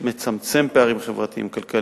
מצמצם פערים חברתיים-כלכליים,